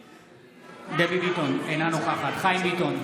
דבי ביטון, אינה נוכחת חיים ביטון,